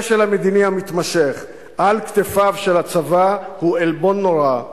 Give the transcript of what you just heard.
המתמשך על כתפיו של הצבא הוא עלבון נורא,